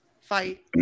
fight